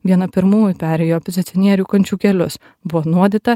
viena pirmųjų perėjo opozicionierių kančių kelius buvo nuodyta